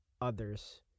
others